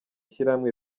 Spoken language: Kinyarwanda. shyirahamwe